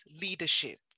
leadership